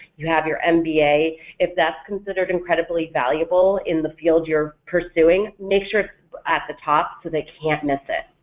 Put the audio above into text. you have your and mba, if that's considered incredibly valuable in the field you're pursuing, make sure it's at the top so they can't miss it.